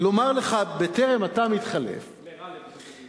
לומר לך בטרם אתה מתחלף, לגאלב תגיד.